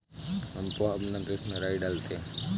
हम पोहा बनाते समय उसमें राई डालते हैं